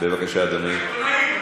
בבקשה, אדוני.